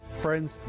Friends